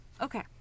Okay